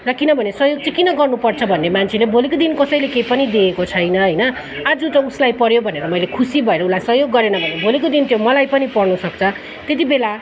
र किनभने सहयोग चाहिँ किन गर्नु पर्छ भने मान्छेले भोलिको दिन कसैले केही पनि देखेको छैन होइन आज त उसलाई पऱ्यो भनेर मैले खुसी भएर उसलाई सहयोग गरेन भने भोलिको दिन त्यो मलाई पनि पर्नुसक्छ त्यतिबेला